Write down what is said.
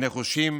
נחושים